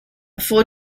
four